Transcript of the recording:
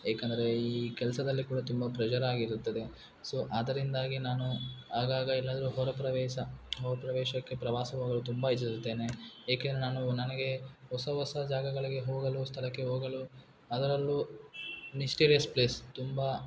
ಏಕಂದರೆ ಈ ಕೆಲಸದಲ್ಲಿ ಕೂಡ ತುಂಬ ಪ್ರೆಶರ್ ಆಗಿರುತ್ತದೆ ಸೊ ಆದರಿಂದಾಗಿ ನಾನು ಆಗಾಗ ಎಲ್ಲಾದರೂ ಹೊರ ಪ್ರವೇಸ ಹೊ ಪ್ರವೇಶಕ್ಕೆ ಪ್ರವಾಸ ಹೋಗಲು ತುಂಬ ಇಚಿಸುತ್ತೇನೆ ಏಕೆಂದರೆ ನಾನು ನನಗೆ ಹೊಸ ಹೊಸ ಜಾಗಗಳಿಗೆ ಹೋಗಲು ಸ್ಥಳಕ್ಕೆ ಹೋಗಲು ಅದರಲ್ಲೂ ಮಿಸ್ಟೀರಿಯಸ್ ಪ್ಲೇಸ್ ತುಂಬ